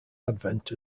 advent